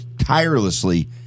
tirelessly